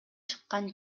чыккан